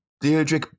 Deirdre